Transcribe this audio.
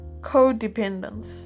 Codependence